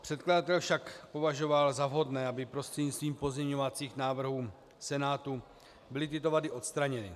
Předkladatel však považoval za vhodné, aby prostřednictvím pozměňovacích návrhů Senátu byly tyto vady odstraněny.